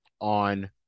on